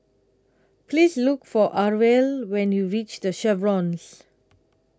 Please Look For Arvel when YOU REACH The Chevrons